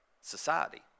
society